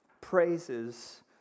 praises